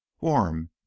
warm